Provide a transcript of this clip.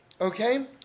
Okay